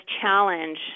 challenge